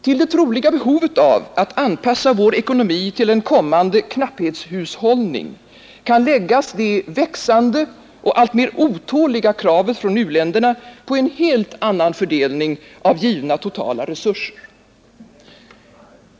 Till det troliga behovet av att anpassa vår ekonomi till en kommande knapphetshushållning, kan läggas det växande och alltmer otåliga kravet från u-länderna på en helt annan fördelning av givna totala resurser.